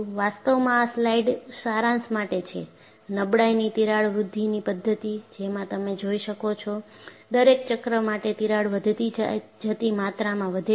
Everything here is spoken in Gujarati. વાસ્તવમાં આ સ્લાઇડ સારાંશ માટે છે નબળાઈની તિરાડ વૃદ્ધિની પદ્ધતિ જેમાં તમે જોઈ શકો છો દરેક ચક્ર માટે તિરાડ વધતી જતી માત્રામાં વધે છે